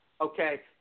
okay